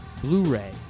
Blu-ray